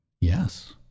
Yes